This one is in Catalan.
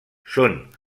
són